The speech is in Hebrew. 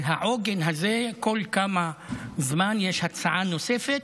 על העוגן הזה כל כמה זמן יש הצעה נוספת,